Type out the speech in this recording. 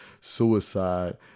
suicide